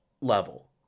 level